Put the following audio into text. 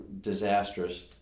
disastrous